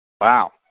Wow